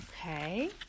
Okay